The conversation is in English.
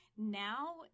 now